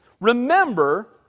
Remember